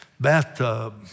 Bathtub